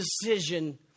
decision